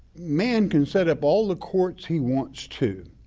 man can set up all the courts he wants to,